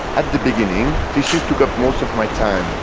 at the beginning, fishing took ah most of my time.